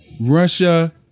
Russia